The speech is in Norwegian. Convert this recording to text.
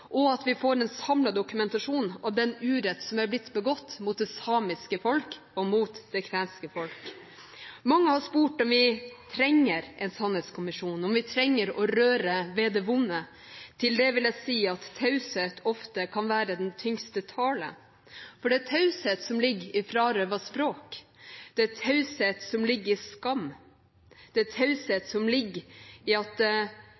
og at vi får en samlet dokumentasjon av den uretten som er blitt begått mot det samiske folk og det kvenske folk. Mange har spurt om vi trenger en sannhetskommisjon, og om vi trenger å røre ved det vonde. Til det vil jeg si at taushet ofte kan være den tyngste tale. Det er taushet som ligger i frarøvet språk. Det er taushet som ligger i skam. Det er taushet som ligger i at